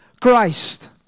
Christ